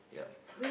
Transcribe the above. yup